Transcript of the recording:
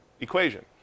equation